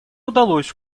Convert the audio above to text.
удалось